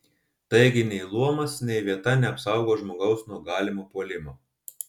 taigi nei luomas nei vieta neapsaugo žmogaus nuo galimo puolimo